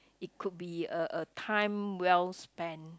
it could be a a time well spend